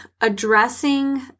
addressing